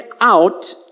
out